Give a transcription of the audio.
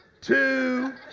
two